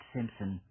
Simpson